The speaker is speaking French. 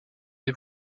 des